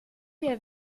wir